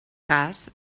cas